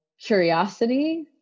curiosity